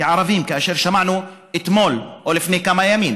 כערבים: שמענו אתמול או לפני כמה ימים